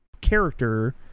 character